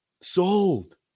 sold